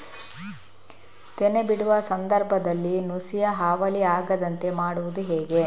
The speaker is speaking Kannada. ತೆನೆ ಬಿಡುವ ಸಂದರ್ಭದಲ್ಲಿ ನುಸಿಯ ಹಾವಳಿ ಆಗದಂತೆ ಮಾಡುವುದು ಹೇಗೆ?